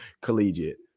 collegiate